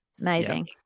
Amazing